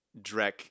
Drek